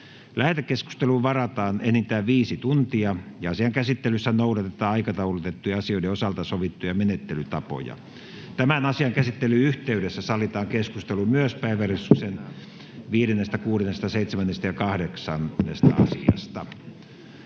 Lähetekeskusteluun varataan enintään 5 tuntia ja asian käsittelyssä noudatetaan aikataulutettujen asioiden osalta sovittuja menettelytapoja. Tämän asian käsittelyn yhteydessä sallitaan keskustelu myös päiväjärjestyksen 5.—8. asiasta.